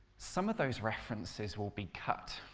some of those references will be cut,